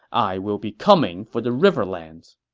i will be coming for the riverlands.